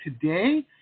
today